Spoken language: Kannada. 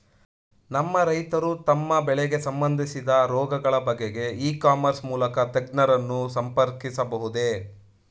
ನಮ್ಮ ರೈತರು ತಮ್ಮ ಬೆಳೆಗೆ ಸಂಬಂದಿಸಿದ ರೋಗಗಳ ಬಗೆಗೆ ಇ ಕಾಮರ್ಸ್ ಮೂಲಕ ತಜ್ಞರನ್ನು ಸಂಪರ್ಕಿಸಬಹುದೇ?